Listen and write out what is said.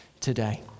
today